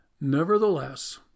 Nevertheless